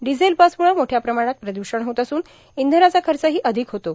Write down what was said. diesel बसमुळं मोठ्या प्रमाणात प्रदूषण होत असून इंधनाचा खर्चही अधिक होतो